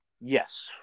yes